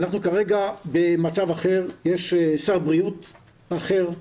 אנחנו כרגע במצב אחר, יש שר בריאות אחר,